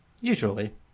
usually